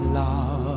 love